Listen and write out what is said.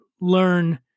learn